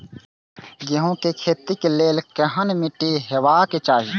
गेहूं के खेतीक लेल केहन मीट्टी हेबाक चाही?